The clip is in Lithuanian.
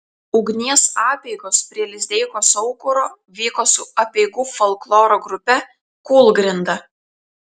ugnies apeigos prie lizdeikos aukuro vyko su apeigų folkloro grupe kūlgrinda